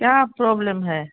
क्या प्रॉब्लेम है